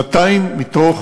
שנתיים מתוך